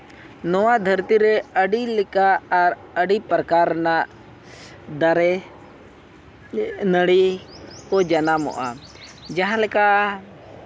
ᱱᱚᱣᱟ ᱫᱷᱟᱹᱨᱛᱤ ᱨᱮ ᱟᱹᱰᱤ ᱞᱮᱠᱟ ᱟᱨ ᱟᱹᱰᱤ ᱯᱨᱟᱠᱟᱨ ᱨᱮᱱᱟᱜ ᱫᱟᱨᱮ ᱱᱟᱹᱲᱤ ᱠᱚ ᱡᱟᱱᱟᱢᱚᱜᱼᱟ ᱡᱟᱦᱟᱸᱞᱮᱠᱟ